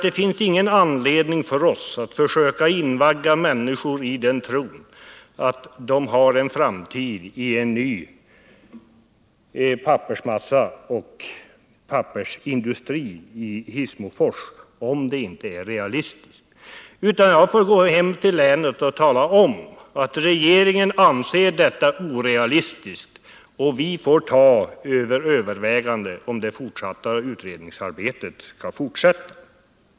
Det finns ju ingen anledning för oss att försöka invagga människor i tron att de har en framtid i en ny pappersmasseindustri i Hissmofors, om det inte är realistiskt, utan då får jag väl gå hem till mitt län och tala om för folket där att regeringen anser detta förslag orealistiskt. Vi får då ta under övervägande om utredningsarbetet skall forsätta.